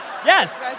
yes,